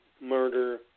murder